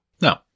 No